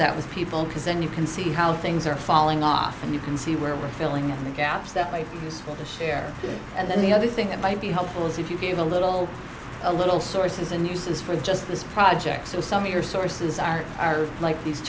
that with people because then you can see how things are falling off and you can see where we're filling in the gaps that i want to share and then the other thing that might be helpful is if you give a little a little sources and uses for justice projects so some of your sources are are like these